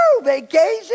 Vacation